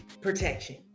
protection